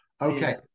Okay